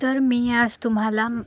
तर मी आज तुम्हाला